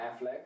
Affleck